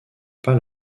pas